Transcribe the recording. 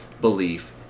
belief